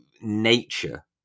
nature